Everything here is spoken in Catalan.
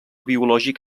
biològic